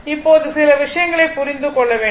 இப்போது சில விஷயங்களை புரிந்து கொள்ள வேண்டும்